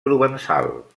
provençal